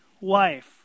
wife